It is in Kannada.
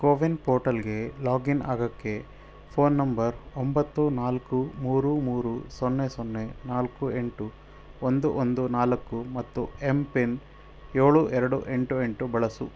ಕೋವಿನ್ ಪೋರ್ಟಲ್ಗೆ ಲಾಗಿನ್ ಆಗೋಕ್ಕೆ ಫೋನ್ ನಂಬರ್ ಒಂಬತ್ತು ನಾಲ್ಕು ಮೂರು ಮೂರು ಸೊನ್ನೆ ಸೊನ್ನೆ ನಾಲ್ಕು ಎಂಟು ಒಂದು ಒಂದು ನಾಲ್ಕು ಮತ್ತು ಎಮ್ಪಿನ್ ಏಳು ಎರಡು ಎಂಟು ಎಂಟು ಬಳಸು